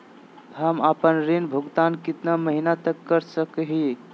हम आपन ऋण भुगतान कितना महीना तक कर सक ही?